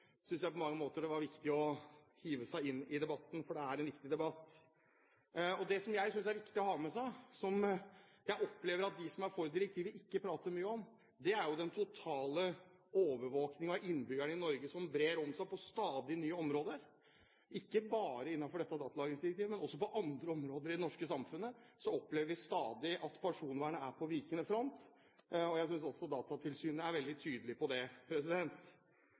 synes jeg det på mange måter var viktig å hive seg inn i debatten, for det er en viktig debatt. Det som jeg synes er viktig å ha med seg, og som jeg opplever at de som er for direktivet, ikke prater mye om, er den totale overvåkingen av innbyggerne i Norge som brer om seg på stadig nye områder. Ikke bare innenfor dette datalagringsdirektivet, men også på andre områder i det norske samfunnet opplever vi stadig at personvernet er på vikende front. Jeg synes også Datatilsynet er veldig tydelig på det.